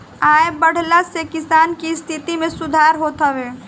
आय बढ़ला से किसान के स्थिति में सुधार होत हवे